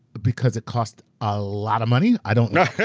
because it costs a lot of money? i don't know, i yeah